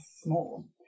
small